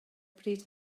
bryd